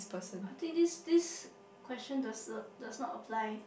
I think this this question does does not apply